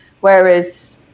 Whereas